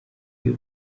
iyo